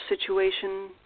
situation